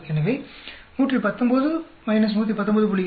எனவே இது 119 119